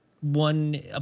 one